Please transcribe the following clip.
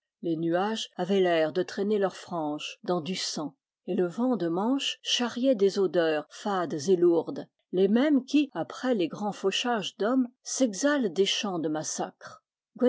les nuages avaient l'air de traîner leurs franges dans du sang et le vent de mandhe charriait des odeurs fades et lourdes les mêmes qui après les grands fauchages d'hommes s'exhalent des champs de massacre